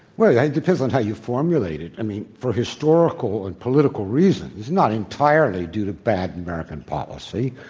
well, yeah it depends on how you formulate it. i mean, for historical and political reasons, it's not entirely due to bad american policy.